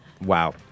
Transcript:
Wow